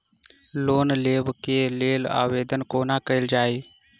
Loan लेबऽ कऽ लेल आवेदन कोना कैल जाइया?